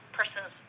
persons